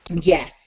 Yes